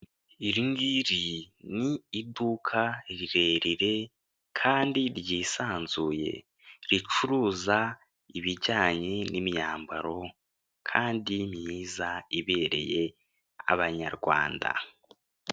Iri ngiri ni iduka rirerire kandi ryisanzuye ricuruza ibijyanye n'imyambaro kandi myiza ibereye abanyarwanda.